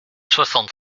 soixante